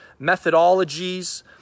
methodologies